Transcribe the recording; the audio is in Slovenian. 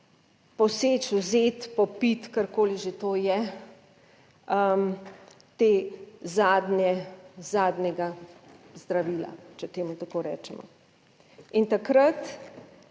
poseči, vzeti, popiti, karkoli že to je, te zadnje, zadnjega zdravila, če temu tako rečemo. In takrat